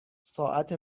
ساعت